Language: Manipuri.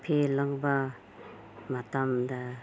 ꯐꯤ ꯂꯣꯟꯕ ꯃꯇꯝꯗ